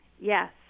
Yes